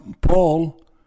Paul